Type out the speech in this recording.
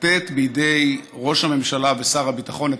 לתת בידי ראש הממשלה ושר הביטחון את